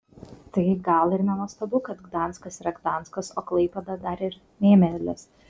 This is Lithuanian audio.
tai gal ir nenuostabu kad gdanskas yra gdanskas o klaipėda dar ir mėmelis